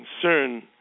concern